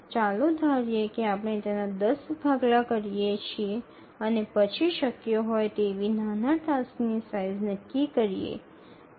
ચાલો ધારીએ કે આપણે તેના ૧0 ભાગલા કરીએ છીએ અને પછી શક્ય હોય તેવી નાના ટાસ્ક ની સાઇઝ નક્કી કરીએ